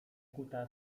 kutas